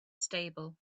stable